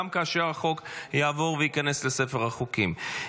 גם כאשר החוק יעבור וייכנס לספר החוקים.